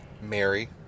Mary